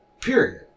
Period